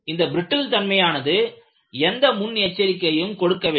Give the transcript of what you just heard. இந்த பிரிட்டில் தன்மையானது எந்த ஒரு முன் எச்சரிக்கையும் கொடுக்கவில்லை